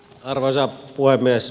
arvoisa puhemies